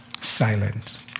silent